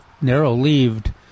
narrow-leaved